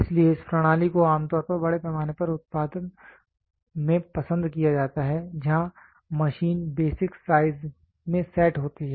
इसलिए इस प्रणाली को आम तौर पर बड़े पैमाने पर उत्पादन में पसंद किया जाता है जहां मशीन बेसिक साइज में सेट होती है